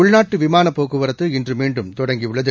உள்நாட்டு விமனாப் போக்குவரத்து இன்று மீண்டும் தொடங்கியுள்ளது